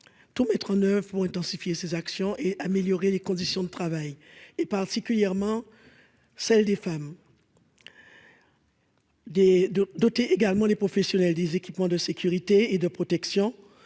tout mettre en oeuvre ont intensifié ses actions et améliorer les conditions de travail et particulièrement celle des femmes, des doté également les professionnels des équipements de sécurité et de protection